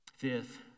Fifth